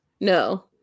no